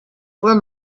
were